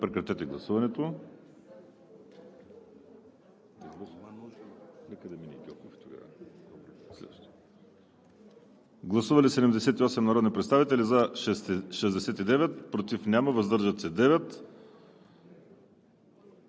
Прекратете гласуването. Гласували 84 народни представители: за 70, против няма, въздържали се 14.